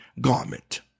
garment